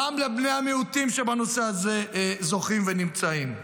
גם לבני המיעוטים, שבנושא הזה זוכים ונמצאים.